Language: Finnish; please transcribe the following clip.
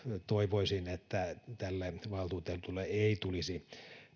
toivoisin että tälle valtuutetulle ei ei tulisi